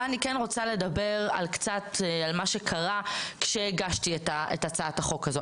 אני כן רוצה לדבר על מה שקרה כשהגשתי את הצעת החוק הזו.